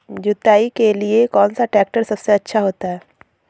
जुताई के लिए कौन सा ट्रैक्टर सबसे अच्छा होता है?